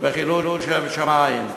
וחילול שם שמים.